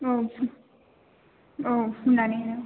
औ औ फुननानै